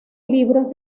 libros